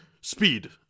speed